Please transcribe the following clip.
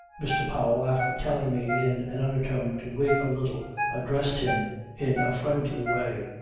mr. powell after telling me in an undertone to wait a little addressed him in a friendly way.